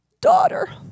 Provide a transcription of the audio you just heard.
daughter